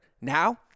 Now